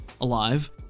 alive